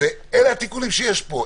ואלה התיקונים שיש פה.